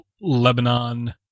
lebanon